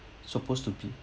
supposed to be